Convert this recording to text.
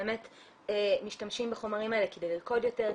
באמת משתמשים בחומרים האלה כדי לרקוד יותר,